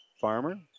Farmer